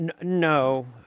No